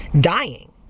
dying